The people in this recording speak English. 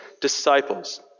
disciples